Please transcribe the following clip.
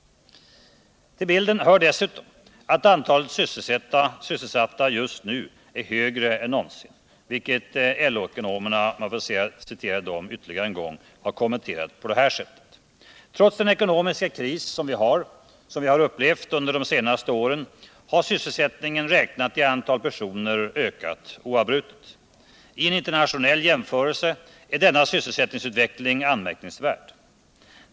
Till bilden hör dessutom att antalet sysselsatta just nu är högre än någonsin, vilket LO-ekonomerna, om jag får citera dem ytterligare en gång, kommenterat på det här sättet: ”Trots den ekonomiska kris som vi har upplevt under de senaste åren har sysselsättningen räknat i antal personer ökat oavbrutet. ——— I en internationell jämförelse är denna sysselsättningsutveckling anmärkningsvärd.